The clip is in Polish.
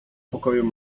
pokoju